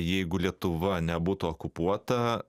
jeigu lietuva nebūtų okupuota